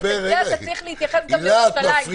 ככזה אתה צריך להתייחס גם לירושלים.